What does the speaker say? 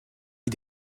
les